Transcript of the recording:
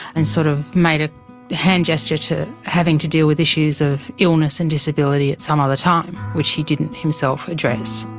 and sort of made a hand gesture to having to deal with issues of illness and disability at some other time, which he didn't himself address.